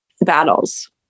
battles